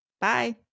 Bye